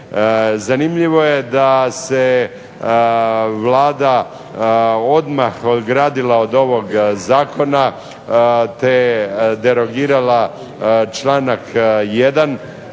Zanimljivo je da se Vlada odmah ogradila od ovog zakona te derogirala članak 1.